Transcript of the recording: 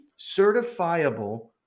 certifiable